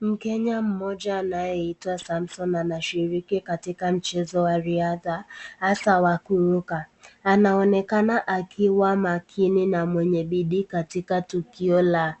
Mkenya mmoja anayeitwa Samson anashiriki katika mchezo wa riadha, hasa wa kuruka. Anaonekana akiwa makini na mwenye bidii katika tukio la